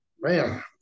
Man